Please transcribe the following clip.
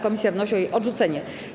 Komisja wnosi o jej odrzucenie.